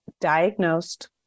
diagnosed